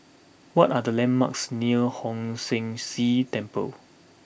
what are the landmarks near Hong San See Temple